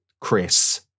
Chris